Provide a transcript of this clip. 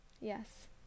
Yes